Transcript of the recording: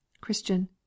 Christian